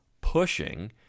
pushing